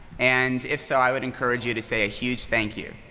and if so, i would encourage you to say a huge thank you.